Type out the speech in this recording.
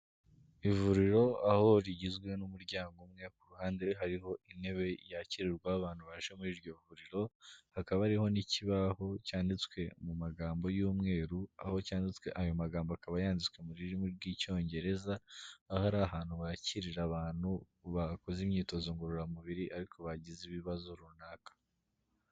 Ivuriro aho rigizwe n'umuryango umwe ku ruhande hariho intebe yakirirwa abantu baje muri iryo vuriro, hakaba hariho n'ikibaho cyanditswe mu magambo y'umweru aho cyanditswe ayo magambo akaba yanditswe mu rurimi rw'Icyongereza, aho ari ahantu hakirira abantu bakoze imyitozo ngororamubiri ariko bagize ibibazo runaka.